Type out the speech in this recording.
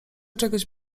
czegoś